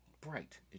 bright